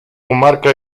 comarca